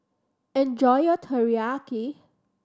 enjoy your Teriyaki